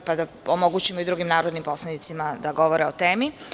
Moramo da omogućimo i drugim narodnim poslanicima da govore o temi.